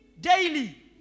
daily